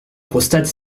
prostate